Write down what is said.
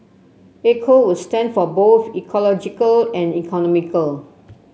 eco would stand for both ecological and economical